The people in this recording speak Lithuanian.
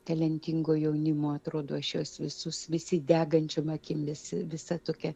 talentingo jaunimo atrodo aš juos visus visi degančiom akim visi visa tokia